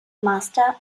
master